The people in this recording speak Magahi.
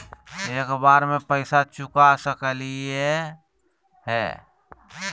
एक बार में पैसा चुका सकालिए है?